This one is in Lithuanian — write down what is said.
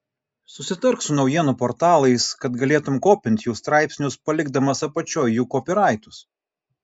susitark su naujienų portalais kad galėtum kopint jų straipsnius palikdamas apačioj jų kopyraitus